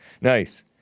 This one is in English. Nice